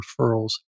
referrals